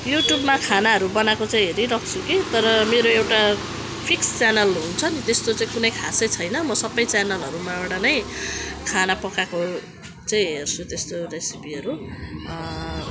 युट्युबमा खानाहरू बनाएको चाहिँ हेरिरहन्छु कि तर मेरो एउटा फिक्स च्यानल हुन्छ नि त्यस्तो चाहिँ कुनै खासै छैन म सबै च्यानलहरूबाट नै खाना पकाएको चाहिँ हेर्छु त्यस्तो रेसिपीहरू